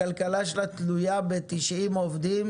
הכלכלה שלה תלויה ב-90 עובדים,